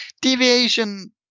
Deviation